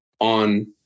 on